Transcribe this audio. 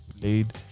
played